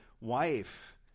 wife